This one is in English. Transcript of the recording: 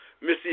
Missy